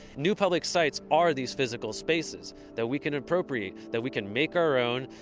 new public sites are these physical spaces that we can appropriate, that we can make our own,